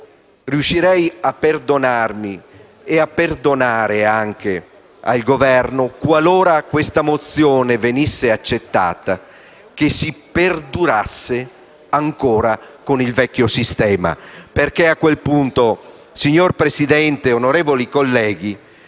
riuscirei a perdonarmi e a perdonare al Governo, qualora questa mozione venisse accettata, se si perdurasse con il vecchio sistema. A quel punto, signor Presidente e onorevoli colleghi,